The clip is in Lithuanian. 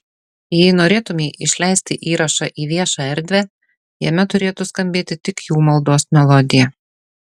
jei norėtumei išleisti įrašą į viešą erdvę jame turėtų skambėti tik jų maldos melodija